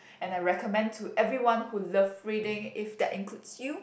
and I recommend to everyone who love reading if that includes you